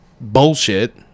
bullshit